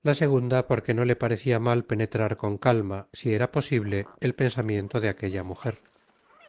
la segunda porque no le parecia mal penetrar con calma si era posible el pensamiento de aquella mujer